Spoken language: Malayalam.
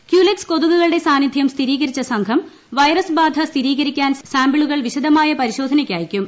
ക്യൂലക്സ് കൊതുകുകളുടെ സാന്നിധ്യം സ്ഥിരീകരിച്ച സംഘം വൈറസ് ബാധ സ്ഥിരീകരിക്കാൻ സാമ്പിളുകൾ വിശദമായ പരിശോധനയ്ക്ക് അയയ്ക്കും